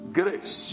grace